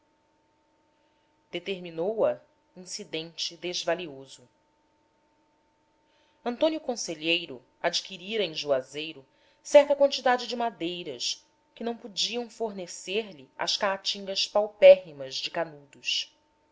determinou a incidente desvalioso antônio conselheiro adquirira em juazeiro certa quantidade de madeiras que não podiam fornecer lhe as caatingas paupérrimas de canudos